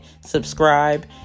subscribe